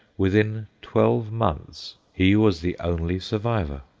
within twelve months he was the only survivor.